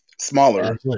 smaller